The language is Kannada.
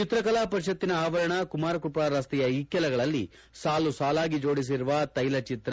ಚಿತ್ರಕಲಾ ಪರಿಷತ್ತಿನ ಆವರಣ ಕುಮಾರ ಕೃಪಾ ರಸ್ತೆಯ ಇಕ್ಕೆಲೆಗಳಲ್ಲಿ ಸಾಲು ಸಾಲಾಗಿ ಜೋಡಿಸಿರುವ ತೈಲಚಿತ್ರ